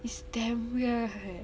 it's damn weird